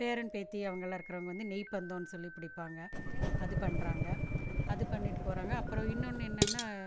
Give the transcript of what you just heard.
பேரன் பேத்தி அவங்கள்லாம் இருக்கிறவங்க வந்து நெய்ப்பந்தம்னு சொல்லி பிடிப்பாங்க அது பண்ணுறாங்க அது பண்ணிட்டு போகிறாங்க அப்புறம் இன்னொன்று என்னன்னா